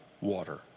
water